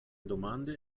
domande